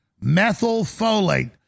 methylfolate